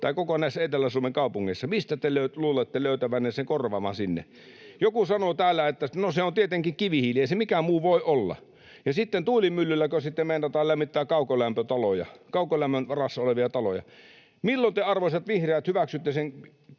Tai koko näissä Etelä-Suomen kaupungeissa? Mistä te luulette löytävänne sen korvaavan sinne? [Petri Huru: Kivihiilestä!] — Joku sanoi täällä, että no se on tietenkin kivihiili. Ei se mikään muu voi olla. — Tuulimyllyilläkö sitten meinataan lämmittää kaukolämmön varassa olevia taloja? Milloin te, arvoisat vihreät, hyväksytte sen fysikaalisen